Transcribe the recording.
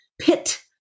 pit